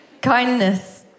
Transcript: Kindness